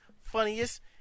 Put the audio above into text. funniest